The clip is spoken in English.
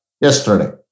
yesterday